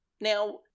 Now